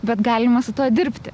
bet galima su tuo dirbti